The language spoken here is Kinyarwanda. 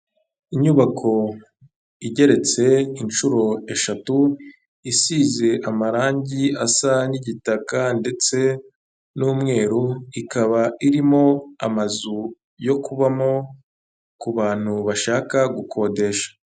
Inyubako igeretse inshuro eshatu isize amarangi asa n'igitaka ndetse n'umweru ikaba irimo amazu yo kubamo ku bantu bashaka gukodesha.